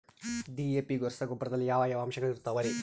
DAP ರಸಗೊಬ್ಬರದಲ್ಲಿ ಯಾವ ಯಾವ ಅಂಶಗಳಿರುತ್ತವರಿ?